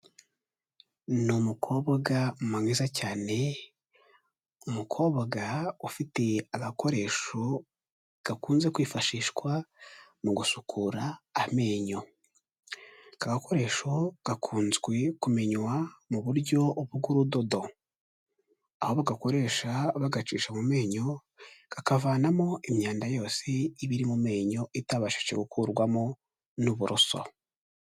Ni umukobwa mwiza cyane, umukobwa ufite agakoresho gakunze kwifashishwa mu gusukura amenyo, aka gakoresho gakunzwe kumenywa mu buryo bw'urudodo, aho bagakoresha bagacisha mu menyo, kakavanamo imyanda yose iba iri mu menyo itabashije gukurwamo n'uburoso.